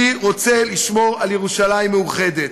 אני רוצה לשמור על ירושלים מאוחדת.